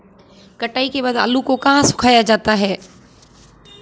कटाई के बाद आलू को कहाँ सुखाया जाता है?